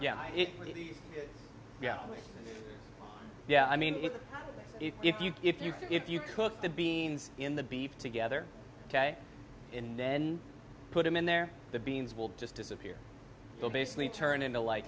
yeah it's pretty yeah yeah i mean it is if you if you if you cook the beings in the beef together in then put them in there the beans will just disappear so basically turn into like